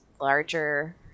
larger